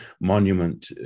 monument